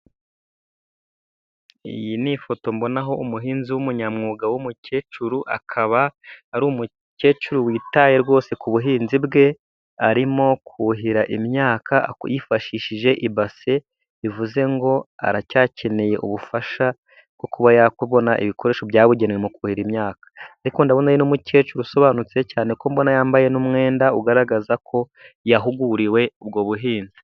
Iyi ni ifoto mbonaho umuhinzi w'umunyamwuga w'umukecuru, akaba ari umukecuru witaye rwose ku buhinzi bwe, arimo kuhira imyaka yifashishije ibase, bivuze ngo aracyakeneye ubufasha, bwo kuba yabona ibikoresho byabugenewe mu kuhira imyaka, ariko ndabona ari n'umukecuru usobanutse cyane, kuko mbona yambaye n'umwenda ugaragaza ko yahuguriwe ubwo buhinzi.